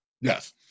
Yes